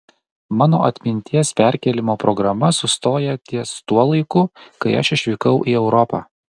mano atminties perkėlimo programa sustoja ties tuo laiku kai aš išvykau į europą